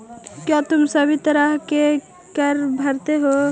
क्या तुम सभी तरह के कर भरते हो?